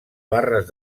barres